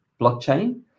blockchain